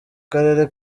karere